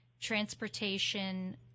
transportation